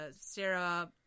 Sarah